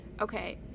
Okay